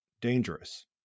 dangerous